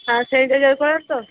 হাত স্যানিটাইজার করা তো